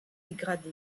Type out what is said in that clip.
dégradé